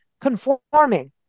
conforming